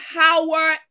power